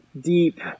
deep